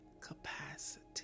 capacity